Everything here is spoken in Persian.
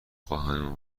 خواهیم